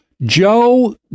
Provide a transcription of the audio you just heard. Joe